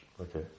Okay